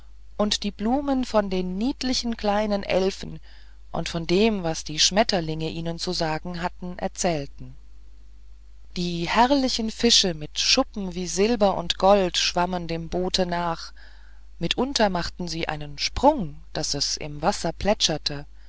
und die blumen von den niedlichen kleinen elfen und von dem was die schmetterlinge ihnen gesagt hatten erzählten die herrlichen fische mit schuppen wie silber und gold schwammen dem boote nach mitunter machten sie einen sprung daß es im wasser plätscherte